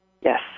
Yes